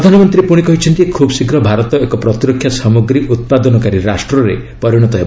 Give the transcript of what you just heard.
ପ୍ରଧାନମନ୍ତ୍ରୀ ପୁଣି କହିଛନ୍ତି ଖୁବ୍ ଶୀଘ୍ର ଭାରତ ଏକ ପ୍ରତିରକ୍ଷା ସାମଗ୍ରୀ ଉତ୍ପାଦନକାରୀ ରାଷ୍ଟ୍ରରେ ପରିଣତ ହେବ